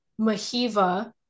Mahiva